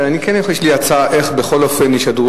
לא יכול להיות ששר הפנים יתמודד מול שר האוצר